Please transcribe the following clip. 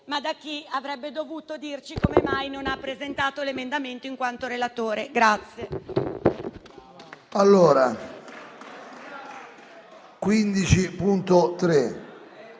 ma da chi avrebbe dovuto dirci come mai non ha presentato l'emendamento in quanto relatore.